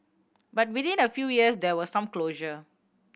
but within a few years there was some closure